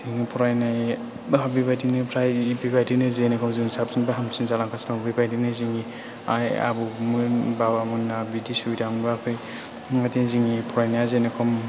फरायनायब्ला बेबायदिनिफ्राय बेबायदिनो जेरेखम जों साबसिननिफ्राय हामसिन जालांगासिनो दं बेबायदिनो जोंनि आइ आबौमोन बाबामोनहा बिदि सुबिदा मोनबोआखै जोंनि फरायनाया जेरेखम